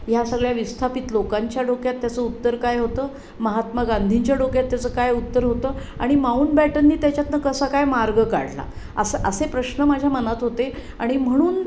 ह्या सगळ्या विस्थापित लोकांच्या डोक्यात त्याचं उत्तर काय होतं महात्मा गांधींच्या डोक्यात त्याचं काय उत्तर होतं आणि माऊंट बॅटननी त्याच्यातून कसा काय मार्ग काढला असं असे प्रश्न माझ्या मनात होते आणि म्हणून